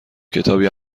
کتابی